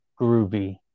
Groovy